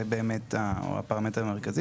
זה באמת הפרמטר המרכזי.